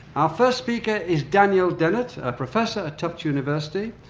our first speaker is daniel dennett, a professor at tufts university.